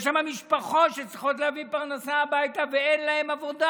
יש שם משפחות שצריכות להביא פרנסה הביתה ואין להן עבודה.